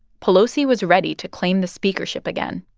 pelosi was ready to claim the speakership again,